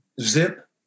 Zip